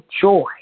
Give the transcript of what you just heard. joy